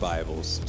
Bibles